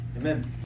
Amen